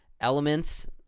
elements